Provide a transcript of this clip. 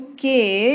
Okay